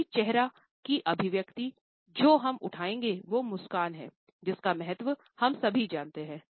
अगली चेहरा की अभिव्यक्ति जो हम उठाएंगे वो मुस्कान है जिसका महत्व हम सभी जानते हैं